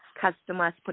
customers